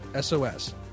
SOS